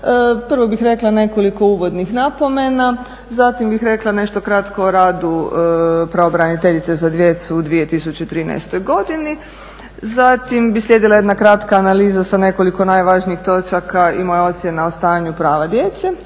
Prvo bih rekla nekoliko uvodnih napomena, zatim bih rekla nešto kratko o radu pravobraniteljice za djecu u 2013. godini. Zatim bi slijedila jedna kratka analiza sa nekoliko najvažnijih točaka i moja ocjena o stanju prava djece